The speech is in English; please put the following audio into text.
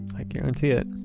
i guarantee it!